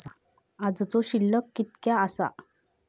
आजचो शिल्लक कीतक्या आसा?